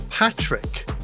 Patrick